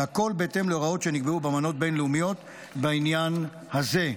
והכול בהתאם להוראות שנקבעו באמנות בין-לאומיות בעניין הזה.